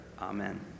Amen